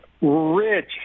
Rich